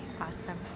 awesome